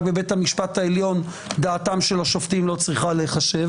רק בבית המשפט העליון דעתם של השופטים לא צריכה להיחשב.